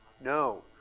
No